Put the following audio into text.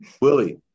Willie